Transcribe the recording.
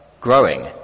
growing